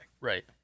Right